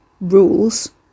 rules